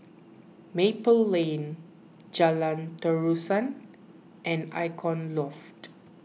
Maple Lane Jalan Terusan and Icon Loft